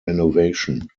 renovation